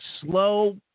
slow